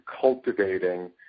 cultivating